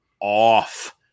off